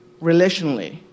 relationally